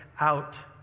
out